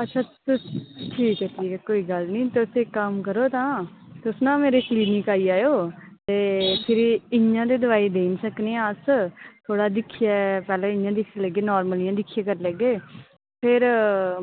अच्छा तुस ठीक ऐ ठीक ऐ कोई गल्ल निं तुस इक कम्म करो तां तुस ना मेरे क्लीनिक आई जायो ते फिरी इयां ते दवाई देई निं सकने आं अस थोह्ड़ा दिक्खियै पैह्ले इयां दिक्खी लैगे नार्मल इयां दिक्खियै करी लैगे फिर